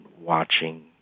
watching